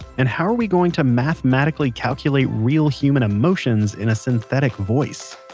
and how are we going to mathematically calculate real human emotions in a synthetic voice?